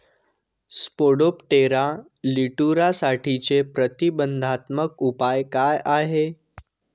Spodoptera लिट्युरासाठीचे प्रतिबंधात्मक उपाय काय आहेत?